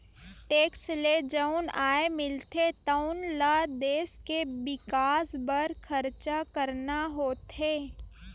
tax ले जउन आय मिलथे तउन ल देस के बिकास बर खरचा करना होथे